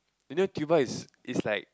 you know tuba is is like